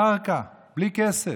קרקע בלי כסף.